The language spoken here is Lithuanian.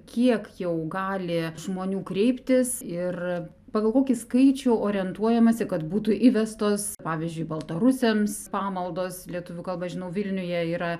kiek jau gali žmonių kreiptis ir pagal kokį skaičių orientuojamasi kad būtų įvestos pavyzdžiui baltarusiams pamaldos lietuvių kalba žinau vilniuje yra